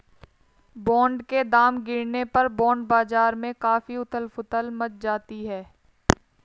bond के दाम गिरने पर बॉन्ड बाजार में काफी उथल पुथल मच जाती है